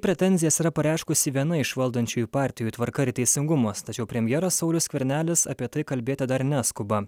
pretenzijas yra pareiškusi viena iš valdančiųjų partijų tvarka ir teisingumas tačiau premjeras saulius skvernelis apie tai kalbėti dar neskuba